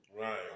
Right